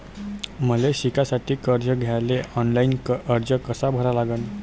मले शिकासाठी कर्ज घ्याले ऑनलाईन अर्ज कसा भरा लागन?